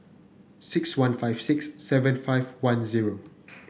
six one five six seven five one zero